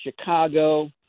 Chicago